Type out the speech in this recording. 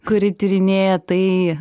kuri tyrinėja tai